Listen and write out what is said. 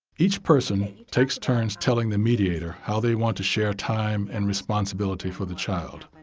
each person takes turns telling the mediator how they want to share time and responsibility for the child.